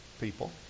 people